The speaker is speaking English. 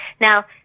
Now